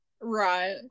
right